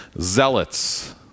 Zealots